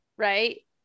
Right